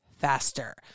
faster